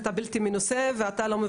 להגדיל ולעשות scalling של הדבר הזה.